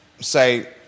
say